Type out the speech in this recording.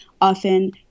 often